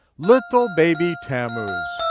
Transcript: little baby tammuz.